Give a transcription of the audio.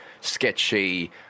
sketchy